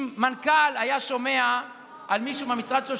אם מנכ"ל היה שומע על מישהו מהמשרד שלו